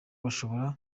bashobora